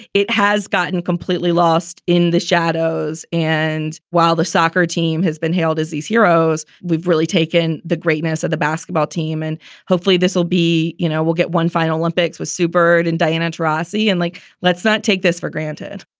it has gotten completely lost in the shadows and while the soccer team has been hailed as these heroes, we've really taken the greatness of the basketball team. and hopefully this will be, you know, we'll get one final olympics was superb. and diana rossi and like, let's not take this for granted